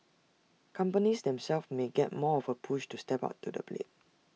companies themselves may get more of A push to step up to the plate